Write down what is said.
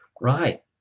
Right